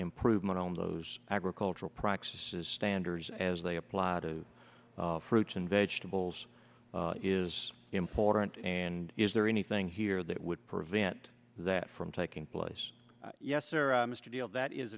improvement on those agricultural practices standards as they apply to fruits and vegetables is important and is there anything here that would prevent that from taking place yes or a deal that is